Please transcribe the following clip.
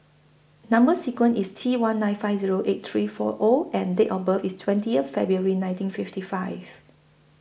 Number sequence IS T one nine five Zero eight three four O and Date of birth IS twentieth February nineteen fifty five